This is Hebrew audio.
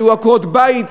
שהיו עקרות-בית,